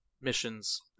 missions